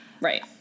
Right